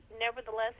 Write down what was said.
nevertheless